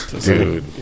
dude